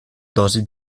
dosi